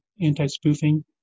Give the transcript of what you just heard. anti-spoofing